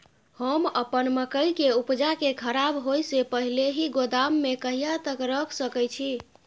हम अपन मकई के उपजा के खराब होय से पहिले ही गोदाम में कहिया तक रख सके छी?